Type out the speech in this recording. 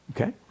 Okay